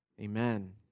Amen